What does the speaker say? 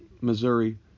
Missouri